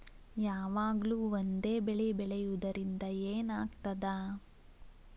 ಯಾವಾಗ್ಲೂ ಒಂದೇ ಬೆಳಿ ಬೆಳೆಯುವುದರಿಂದ ಏನ್ ಆಗ್ತದ?